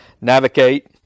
navigate